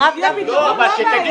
היא הפתרון, לא הבעיה.